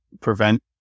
prevent